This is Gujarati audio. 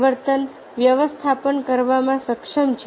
પરિવર્તન વ્યવસ્થાપન કરવામાં સક્ષમ